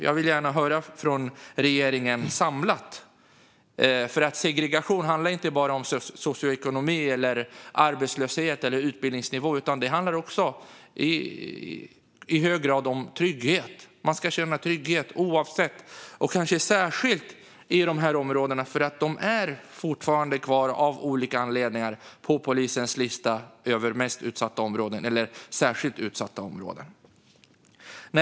Jag vill gärna höra från regeringen samlat, för segregation handlar inte bara om socioekonomi, arbetslöshet och utbildningsnivå utan också i hög grad om trygghet. Särskilt i de här områdena ska man kunna känna trygghet, för de är ju fortfarande av olika anledningar kvar på polisens lista över mest utsatta eller särskilt utsatta områden.